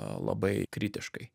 labai kritiškai